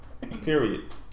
Period